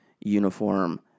uniform